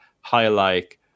highlight